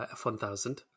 F1000